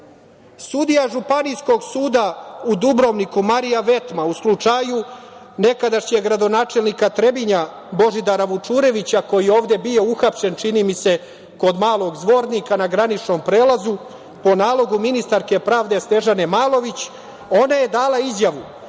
Sudija Županijskog suda u Dubrovniku, Marija Vetma u slučaju nekadašnjeg gradonačelnika Trebinja Božidara Vučurevića koji je ovde bio uhapšen, čini mi se kod Malog Zvornika na graničnom prelazu, po nalogu ministarke pravde Snežane Malović, ona je dala izjavu